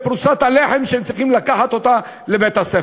פרוסת הלחם שהילדים צריכים לקחת לבית-הספר.